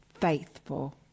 faithful